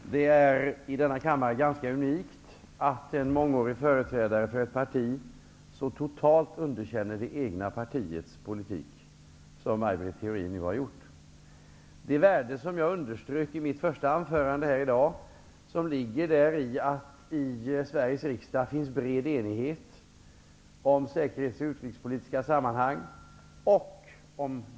Fru talman! Det är i denna kammare ganska unikt att en erfaren företrädare för ett parti så totalt underkänner det egna partiets politik, som Maj Britt Theorin nu har gjort. Det är av värde, som jag underströk i mitt första anförande i dag, att det i Sveriges riksdag råder en bred enighet om säkerhets och utrikespolitiska frågor.